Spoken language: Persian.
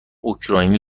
اوکراینی